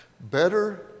Better